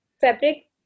fabric